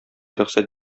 рөхсәт